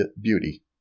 beauty